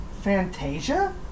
Fantasia